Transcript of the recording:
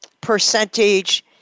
percentage